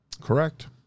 Correct